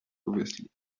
obviously